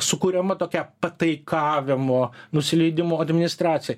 sukuriama tokia pataikavimo nusileidimo administracijai